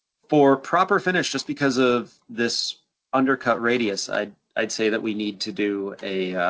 for proper finish, just because of this undercut radius, i'd i'd say that we need to do a,